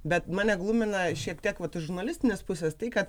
bet mane glumina šiek tiek vat už žurnalistinės pusės tai kad